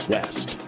West